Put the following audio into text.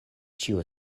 ĉio